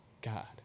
God